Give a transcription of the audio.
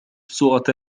صورة